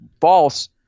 false